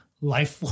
life